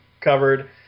covered